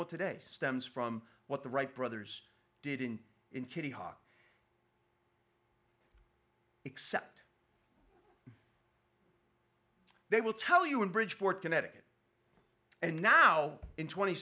it today stems from what the wright brothers did in in kitty hawk except they will tell you in bridgeport connecticut and now in tw